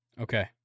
Okay